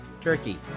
turkey